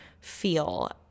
feel